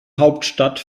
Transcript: hauptstadt